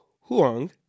Huang